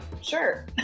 sure